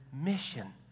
mission